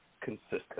consistent